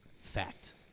fact